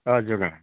हजुर